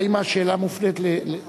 האם השאלה מופנית, אה,